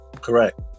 Correct